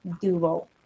duo